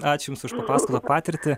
ačiū jums už papasakotą patirtį